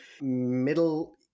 Middle